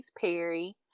perry